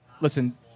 Listen